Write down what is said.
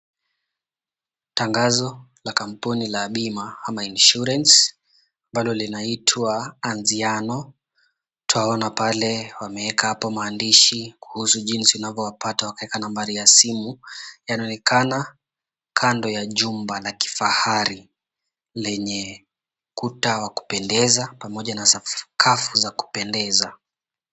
Tangazo la kampuni la bima ama insurance , ambalo linaitwa Anziano. Twaona pale, wameeka hapo maandishi kuhusu jinsi unavyowapata, wakaweka nambari ya simu, yanaonekana kando ya jumba la kifahari, lenye kuta za kupendeza pamoja na sakafu za kupendeza.